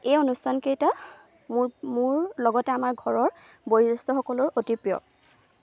এই অনুষ্ঠানকেইটা মোৰ মোৰ লগতে আমাৰ ঘৰৰ বয়োজ্যেষ্ঠসকলৰো অতি প্ৰিয়